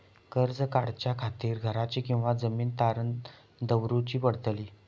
कर्ज काढच्या खातीर घराची किंवा जमीन तारण दवरूची पडतली?